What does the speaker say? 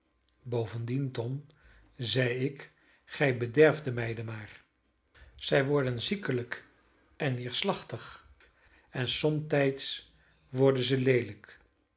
bovendien tom zei ik gij bederft de meiden maar zij worden ziekelijk en neerslachtig en somtijds worden ze